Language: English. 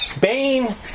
Bane